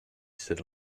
said